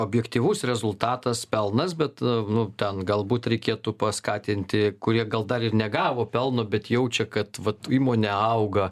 objektyvus rezultatas pelnas bet nu ten galbūt reikėtų paskatinti kurie gal dar ir negavo pelno bet jaučia kad vat įmonė auga